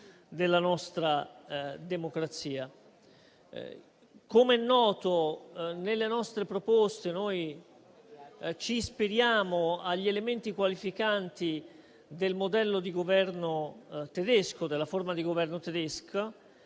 Com'è noto, nelle nostre proposte ci ispiriamo agli elementi qualificanti del modello di governo tedesco e della forma di governo tedesca,